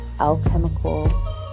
alchemical